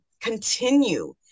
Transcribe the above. continue